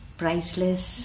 priceless